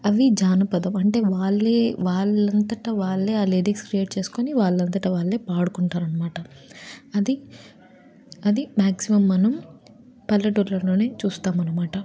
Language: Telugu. అవి జానపదం అంటే వాళ్ళే వాళ్ళంతట వాళ్ళే ఆ లిరిక్స్ క్రియేట్ చేసుకుని వాళ్ళంతట వాళ్ళే పాడుకుంటారన్నమాట అది అది మ్యాక్సిమం మనం పల్లెటూర్లలోనే చూస్తాం అన్నమాట